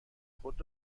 خود